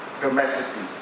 dramatically